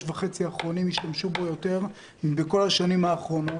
וחצי האחרונים השתמשו בו יותר מאשר בכל השנים האחרונות,